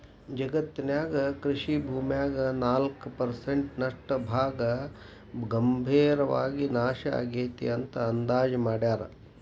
ಜಗತ್ತಿನ್ಯಾಗ ಕೃಷಿ ಭೂಮ್ಯಾಗ ನಾಲ್ಕ್ ಪರ್ಸೆಂಟ್ ನಷ್ಟ ಭಾಗ ಗಂಭೇರವಾಗಿ ನಾಶ ಆಗೇತಿ ಅಂತ ಅಂದಾಜ್ ಮಾಡ್ಯಾರ